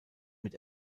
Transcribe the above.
mit